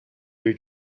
your